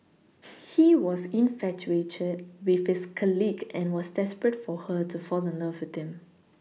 he was infatuated with his colleague and was desperate for her to fall in love with him